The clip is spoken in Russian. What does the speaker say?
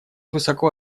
высоко